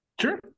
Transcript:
Sure